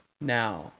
Now